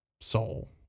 soul